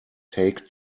take